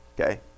Okay